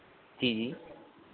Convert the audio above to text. जी जी